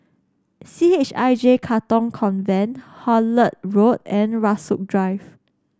C H I J Katong Convent Hullet Road and Rasok Drive